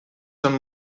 són